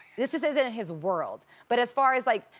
this this isn't his world. but as far as like,